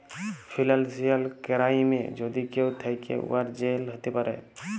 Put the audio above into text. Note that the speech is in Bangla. ফিলালসিয়াল কেরাইমে যদি কেউ থ্যাকে, উয়ার জেল হ্যতে পারে